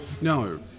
No